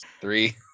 Three